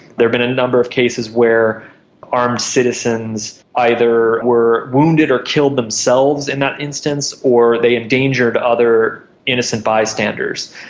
there have been a number of cases where armed citizens either were wounded or killed themselves in that instance or they endangered other innocent bystanders,